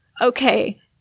okay